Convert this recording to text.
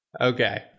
Okay